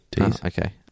Okay